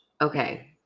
Okay